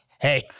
Hey